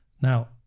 Now